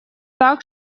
так